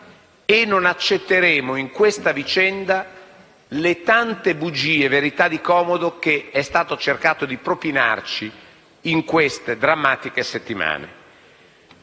e non accetteremo, in questa vicenda, le tante bugie e verità di comodo che hanno cercato di propinarci in queste drammatiche settimane.